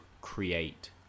create